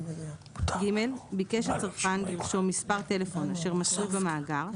(ג) ביקש הצרכן לרשום מספר טלפון אשר מצוי במאגר,